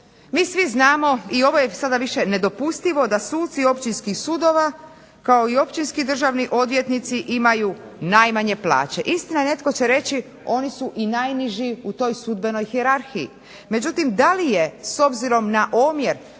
Mi svi znamo i ovo je sada više nedopustivo da suci općinskih sudova kao i općinski državni odvjetnici imaju najmanje plaće. Istina je, netko će reći oni su i najniži u toj sudbenoj hijerarhiji. Međutim, da li je s obzirom na omjer